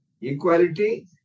Equality